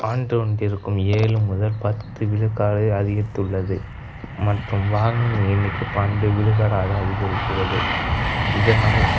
ஆண்டு ஒன்றிற்கும் ஏழு முதல் பத்து விழுக்காடு அதிகரித்துள்ளது மற்றும் வாகனங்கள் எண்ணிக்கை பனெரெண்டு விழுக்காடாக அதிகரிக்கிறது இதனால்